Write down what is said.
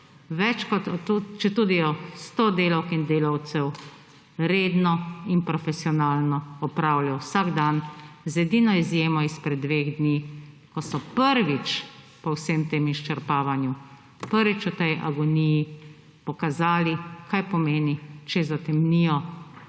službe, četudi jo 100 delavk in delavcev redno in profesionalno opravlja vsak dan, z edino izjemo izpred 2 dni, ko so prvič po vsem tem izčrpavanju, prvič v tej agoniji pokazali, kaj pomeni, če zatemnijo svoje